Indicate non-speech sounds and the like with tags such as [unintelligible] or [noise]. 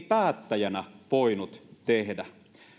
[unintelligible] päättäjänä ei voinut tehdä